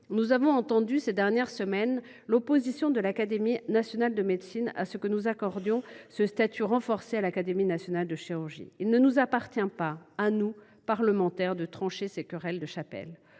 nous avons entendu ces dernières semaines l’opposition de l’Académie nationale de médecine au fait que nous accordions ce statut renforcé à l’Académie nationale de chirurgie. Il ne nous appartient pas, à nous, parlementaires, de trancher ces querelles de chapelle.